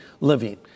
living